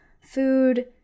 food